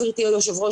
גברתי היושבת ראש,